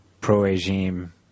pro-regime